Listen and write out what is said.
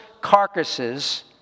carcasses